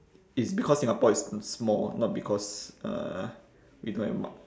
it's because singapore is small not because uh we don't have mu~